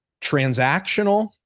transactional